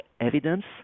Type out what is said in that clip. evidence